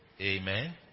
Amen